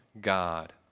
God